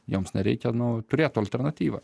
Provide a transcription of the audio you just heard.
joms nereikia nu turėtų alternatyvą